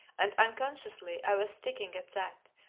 and unconsciously i was sticking at that,